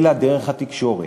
אלא דרך התקשורת.